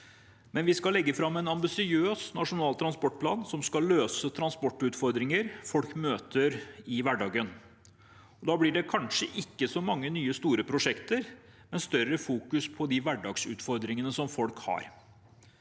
men vi skal legge fram en ambisiøs nasjonal transportplan som skal løse transportutfordringer folk møter i hverdagen. Da blir det kanskje ikke så mange nye store prosjekter, men større fokusering på de hverdagsutfordringene folk har.